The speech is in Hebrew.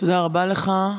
תודה רבה לך.